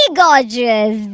gorgeous